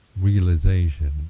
realization